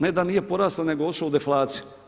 Ne da nije porasla, nego je otišla u deflaciju.